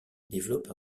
développe